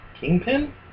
Kingpin